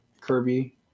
Kirby